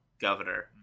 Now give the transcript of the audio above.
governor